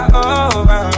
over